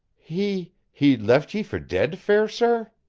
he. he left ye for dead, fair sir?